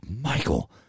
Michael